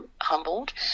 humbled